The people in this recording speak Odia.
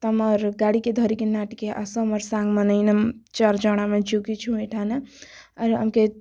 ତୁମର୍ ଗାଡ଼ିକି ଧରିକିନା ଟିକିଏ ଆସ ମୋର ସାଙ୍ଗମାନେ ଏଇନା ଚାରି ଜଣ ଆମେ ଯଗିଛୁ ଏଠାନେ ଆର ଆମକେ